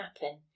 happen